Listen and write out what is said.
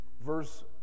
verse